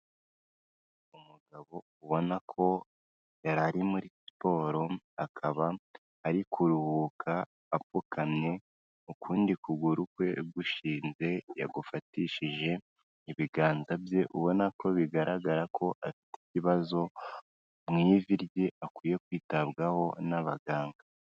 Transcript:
Umugabo ubona ko yari ari muri siporo, akaba ari kuruhuka apfukamye; ukundi kuguru kwe gushinze yagufatishije ibiganza bye, ubona ko bigaragara ko afite ibibazo mu ivi rye akwiye kwitabwaho n'abaganga.